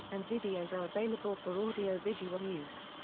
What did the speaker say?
and videos are available for audio visual use.